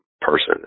person